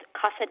Casa